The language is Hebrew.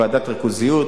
ועדת ריכוזיות,